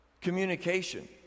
Communication